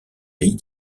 pays